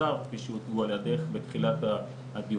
השר וכפי שהוצגו על ידך בתחילת הדיונים.